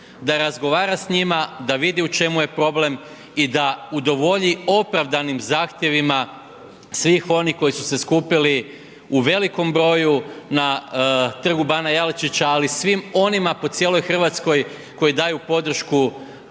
Da razgovara s njima da vidi u čemu je problem i da udovolji opravdanim zahtjevima svih onih koji su se skupili u velikom broju na Trgu bana Jelačića, ali i svim onima po cijeloj Hrvatskoj koji daju podršku